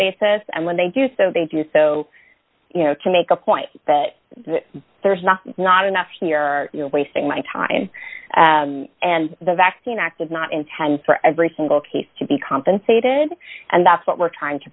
basis and when they do so they do so you know to make a point that there's not not enough here are wasting my time and the vaccine active not intend for every single case to be compensated and that's what we're trying to